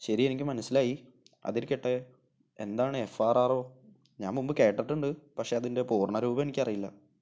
ശരി എനിക്ക് മനസ്സിലായി അതിരിക്കട്ടെ എന്താണ് എഫ് ആർ ആര് ഒ ഞാൻ മുമ്പ് കേട്ടിട്ടുണ്ട് പക്ഷേ അതിന്റെ പൂര്ണ്ണരൂപം എനിക്കറിയില്ല